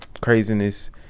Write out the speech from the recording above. craziness